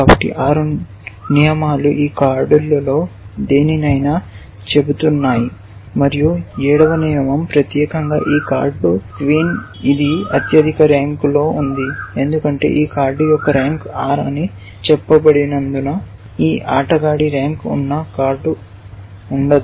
కాబట్టి 6 నియమాలు ఈ కార్డులలో దేనినైనా చెబుతున్నాయి మరియు ఏడవ నియమం ప్రత్యేకంగా ఈ కార్డ్ రాణి ఇది అత్యధిక ర్యాంకులో ఉంది ఎందుకంటే ఈ కార్డు యొక్క ర్యాంక్ r అని చెప్పబడినందున ఈ ఆటగాడి ర్యాంక్ ఉన్న కార్డు ఉండదు